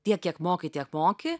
tiek kiek moki tiek moki